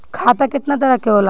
खाता केतना तरह के होला?